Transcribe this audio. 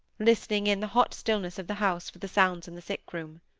listening in the hot stillness of the house for the sounds in the sick-room.